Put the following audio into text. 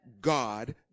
God